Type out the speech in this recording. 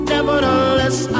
Nevertheless